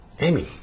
Amy